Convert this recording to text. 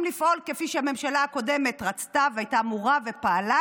לפעול כפי שהממשלה הקודמת רצתה והייתה אמורה ופעלה.